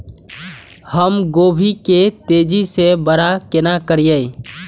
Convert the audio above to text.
हम गोभी के तेजी से बड़ा केना करिए?